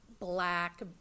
black